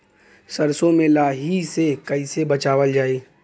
सरसो में लाही से कईसे बचावल जाई?